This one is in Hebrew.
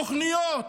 תוכניות,